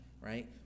Right